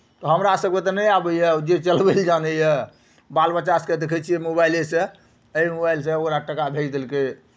हमरा सभकेँ तऽ नहि आबैए जे चलबैए जानैए बाल बच्चा सभकेँ देखै छियै मोबाइलेसँ एहि मोबाइलसँ ओकरा टाका भेज देलकै